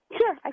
Sure